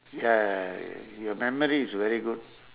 ya your memory is very good